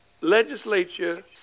legislature